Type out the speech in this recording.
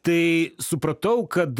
tai supratau kad